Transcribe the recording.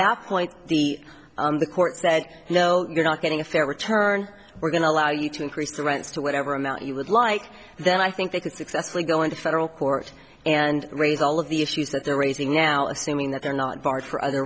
that point the on the court said no you're not getting a fair return we're going to allow you to increase the rents to whatever amount you would like then i think they could successfully go into federal court and raise all of the issues that they're raising now assuming that they're not barred for other